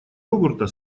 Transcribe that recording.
йогурта